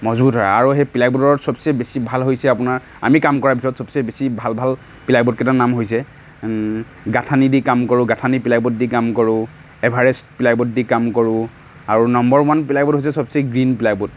মজবুত হয় আৰু সেই প্লাই বৰ্ডৰ চবছে বেছি ভাল হৈছে আপোনাৰ আমি কাম কৰাৰ ভিতৰত চবছে বেছি ভাল ভাল প্লাই বৰ্ড কেইটাৰ নাম হৈছে গাঁথানীদি কাম কৰোঁ গাঁথানী প্লাইবৰ্ডদি কাম কৰোঁ এভাৰেষ্ট প্লাইবৰ্ডদি কাম কৰোঁ আৰু নম্বৰ ওৱান প্লাই বৰ্ড হৈছে চবচে গ্ৰীণ প্লাই বৰ্ড